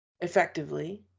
effectively